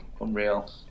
unreal